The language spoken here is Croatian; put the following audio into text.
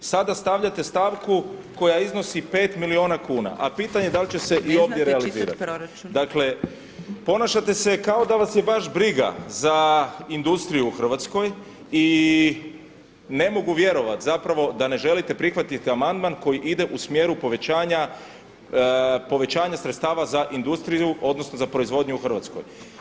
Sada stavljate stavku koja iznosi 5 milijuna kuna a pitanje je da da li će se i ovdje realizirati [[Upadica: Ne znate čitati proračun.]] Dakle, ponašate se kao da vas je baš briga za industriju u Hrvatskoj i ne mogu vjerovati zapravo da ne želite prihvatiti amandman koji ide u smjeru povećanja sredstava za industriju odnosno za proizvodnju u Hrvatskoj.